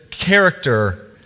character